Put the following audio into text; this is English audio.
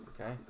Okay